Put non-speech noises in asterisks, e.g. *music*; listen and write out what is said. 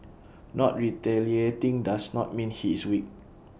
*noise* not retaliating does not mean he is weak